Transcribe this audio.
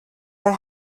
are